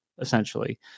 essentially